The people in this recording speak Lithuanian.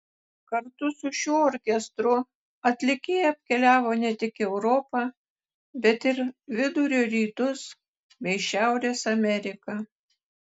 kartu su šiuo orkestru atlikėja apkeliavo ne tik europą bet ir vidurio rytus bei šiaurės ameriką